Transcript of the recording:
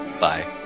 Bye